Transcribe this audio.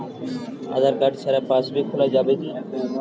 আধার card ছাড়া পাশবই খোলা যাবে কি?